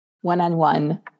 one-on-one